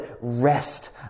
rest